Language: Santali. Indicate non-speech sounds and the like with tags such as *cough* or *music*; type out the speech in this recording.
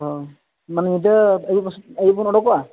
ᱦᱚᱸ ᱢᱟᱱᱮ ᱧᱤᱫᱟᱹ ᱟᱹᱭᱩᱵ ᱟᱹᱭᱩᱵ *unintelligible* ᱩᱰᱳᱠᱚᱜᱼᱟ